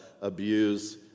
abuse